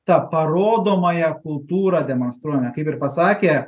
tą parodomąją kultūrą demonstruojame kaip ir pasakė